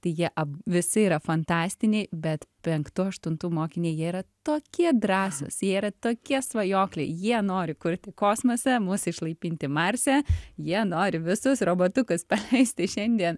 tai jie visi yra fantastiniai bet penktų aštuntų mokiniai jie yra tokie drąsūs yra tokie svajokliai jie nori kurti kosmose mus išlaipinti marse jie nori visus robotukus paleisti šiandien